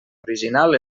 original